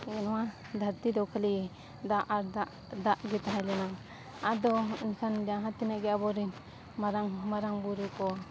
ᱱᱚᱣᱟ ᱫᱷᱟᱹᱨᱛᱤ ᱫᱚ ᱠᱷᱟᱞᱤ ᱫᱟᱜ ᱟᱨ ᱫᱟᱜ ᱫᱟᱜ ᱜᱮ ᱛᱟᱦᱮᱸ ᱞᱮᱱᱟ ᱟᱫᱚ ᱮᱱᱠᱷᱟᱱ ᱡᱟᱦᱟᱸ ᱛᱤᱱᱟᱹᱜ ᱜᱮ ᱟᱵᱚᱨᱮᱱ ᱢᱟᱨᱟᱝ ᱢᱟᱨᱟᱝ ᱵᱩᱨᱩ ᱠᱚ